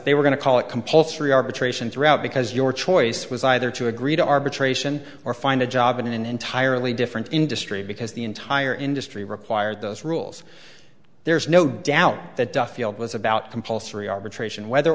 they were going to call it compulsory arbitration throughout because your choice was either to agree to arbitration or find a job in an entirely different industry because the entire industry required those rules there's no doubt that duffield was about compulsory arbitration whether